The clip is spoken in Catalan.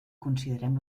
considerem